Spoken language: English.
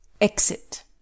Exit